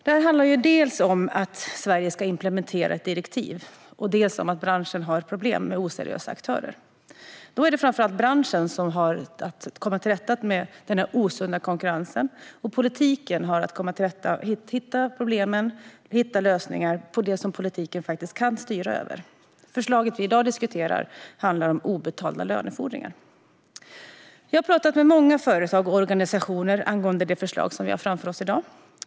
Detta handlar dels om att Sverige ska implementera ett direktiv, dels om att branschen har problem med oseriösa aktörer. Då är det framför allt branschen som har att komma till rätta med den osunda konkurrensen, och politiken har att hitta lösningar på de problem som politiken faktiskt kan styra över. Förslaget vi i dag diskuterar handlar om obetalda lönefordringar. Jag har pratat med många företag och organisationer angående det förslag vi har framför oss i dag.